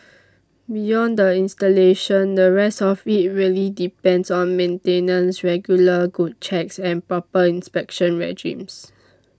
beyond the installation the rest of it really depends on maintenance regular good checks and proper inspection regimes